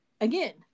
again